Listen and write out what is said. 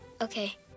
Okay